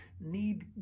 need